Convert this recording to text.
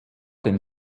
den